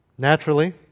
Naturally